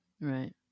right